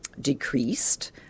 decreased